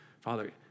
Father